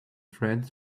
friends